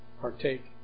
partake